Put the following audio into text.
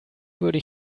würde